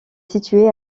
situé